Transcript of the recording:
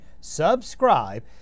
Subscribe